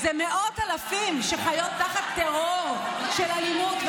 מאות אלפים חיות תחת טרור של אלימות,